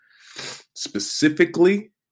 specifically